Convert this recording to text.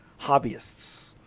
hobbyists